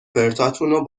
پرتاتون